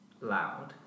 loud